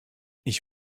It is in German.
ich